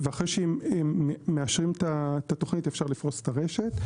אחרי שמאשרים את התוכנית אפשר לפרוס את הרשת.